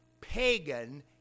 pagan